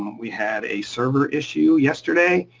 we had a server issue yesterday,